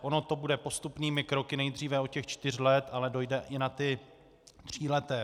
Ono to bude postupnými kroky, nejdříve od těch čtyř let, ale dojde i na ty tříleté.